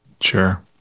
Sure